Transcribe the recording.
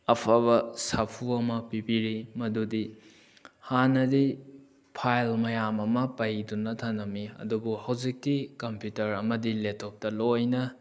ꯑꯐꯕ ꯁꯥꯐꯨ ꯑꯃ ꯄꯤꯕꯤꯔꯤ ꯃꯗꯨꯗꯤ ꯍꯥꯟꯅꯗꯤ ꯐꯥꯏꯜ ꯃꯌꯥꯝ ꯑꯃ ꯄꯩꯗꯨꯅ ꯊꯝꯂꯝꯃꯤ ꯑꯗꯨꯕꯨ ꯍꯧꯖꯤꯛꯇꯤ ꯀꯝꯄ꯭ꯌꯨꯇꯔ ꯑꯃꯗꯤ ꯂꯦꯞꯇꯣꯞꯇ ꯂꯣꯏꯅ